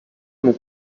mon